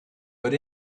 but